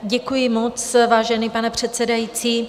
Děkuji moc, vážený pane předsedající.